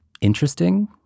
interesting